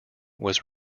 was